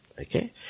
Okay